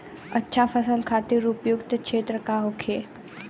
अच्छा फसल खातिर उपयुक्त क्षेत्र का होखे?